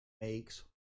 makes